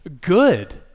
Good